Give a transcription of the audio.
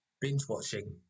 Binge-watching